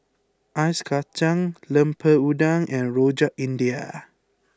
Ice Kachang Lemper Udang and Rojak India